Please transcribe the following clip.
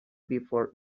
before